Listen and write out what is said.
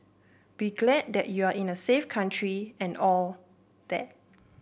be glad that you are in a safe country and all that